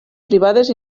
privades